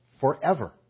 forever